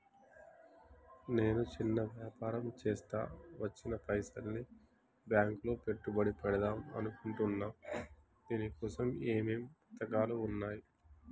నేను చిన్న వ్యాపారం చేస్తా వచ్చిన పైసల్ని బ్యాంకులో పెట్టుబడి పెడదాం అనుకుంటున్నా దీనికోసం ఏమేం పథకాలు ఉన్నాయ్?